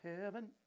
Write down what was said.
heaven